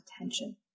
attention